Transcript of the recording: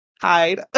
hide